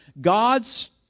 God's